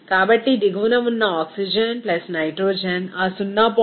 కాబట్టి దిగువన ఉన్న ఆక్సిజన్ నైట్రోజన్ ఆ 0